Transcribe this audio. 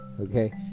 Okay